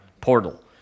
portal